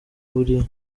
buriya